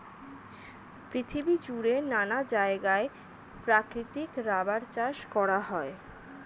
পৃথিবী জুড়ে নানা জায়গায় প্রাকৃতিক রাবার চাষ করা হয়